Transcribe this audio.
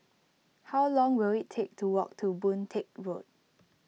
how long will it take to walk to Boon Teck Road